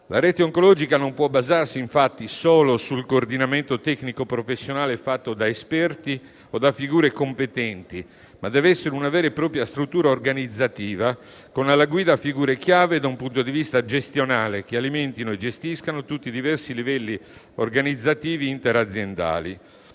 La rete oncologica non può basarsi, infatti, solo sul coordinamento tecnico-professionale fatto da esperti o da figure competenti, ma deve essere una vera e propria struttura organizzativa con alla guida figure chiave da un punto di vista gestionale che alimentino e gestiscano tutti i diversi livelli organizzativi interaziendali.